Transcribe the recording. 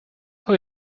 who